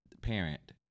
parent